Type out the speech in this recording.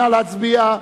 נא להצביע.